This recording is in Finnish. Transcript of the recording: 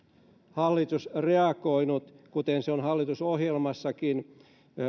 hallitus reagoinut kuten se on hallitusohjelmassakin